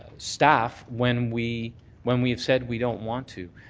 staff when we when we have said we don't want to.